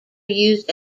used